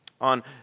On